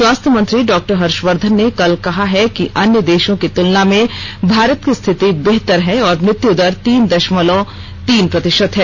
स्वास्थ्य मंत्री डॉक्टर हर्षवर्धन ने कल कहा है कि अन्य देशों की तुलना में भारत की स्थिति बेहतर है और मृत्यु दर तीन दशमलव तीन प्रतिशत है